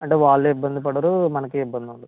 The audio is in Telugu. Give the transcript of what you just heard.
అంటే వాళ్ళు ఇబ్బంది పడరు మనకీ ఇబ్బంది ఉండదు